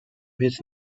his